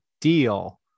deal